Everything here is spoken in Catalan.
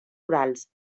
orals